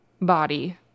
body